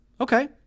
Okay